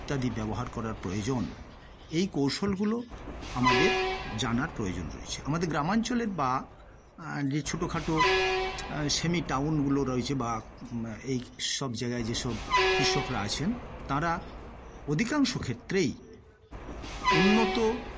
ইত্যাদি ব্যবহার করা প্রয়োজন এই কৌশলগুলো আমাদের জানার প্রয়োজন রয়েছে আমাদের গ্রামাঞ্চলের বা আর ছোটখাটো সেমি টাউন গুলো রয়েছে বা এই সব জায়গায় যেসব কৃষকরা আছেন তারা অধিকাংশ ক্ষেত্রেই উন্নত